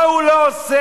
מה הוא לא עושה,